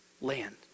land